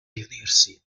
riunirsi